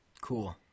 Cool